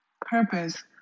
purpose